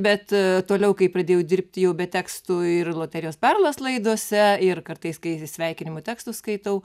bet toliau kai pradėjau dirbti jau be tekstų ir loterijos perlas laidose ir kartais kai sveikinimų tekstus skaitau